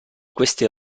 queste